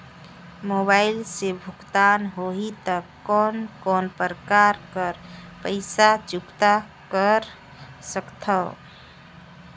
Mobile से भुगतान होहि त कोन कोन प्रकार कर पईसा चुकता कर सकथव?